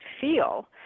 feel